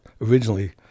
originally